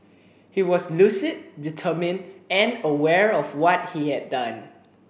he was lucid determined and aware of what he had done